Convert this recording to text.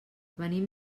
venim